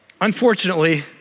unfortunately